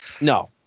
No